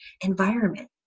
environment